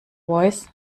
voice